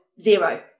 zero